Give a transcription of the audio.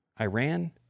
Iran